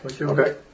Okay